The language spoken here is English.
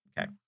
Okay